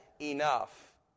enough